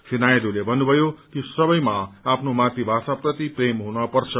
श्री नायडूले भन्नुभयो कि सबैमा आफ्नो मातृभाषाप्रति प्रेम हुनपर्छ